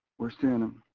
we're suing em,